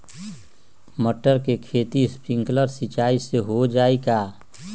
मटर के खेती स्प्रिंकलर सिंचाई से हो जाई का?